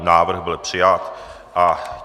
Návrh byl přijat.